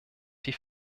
die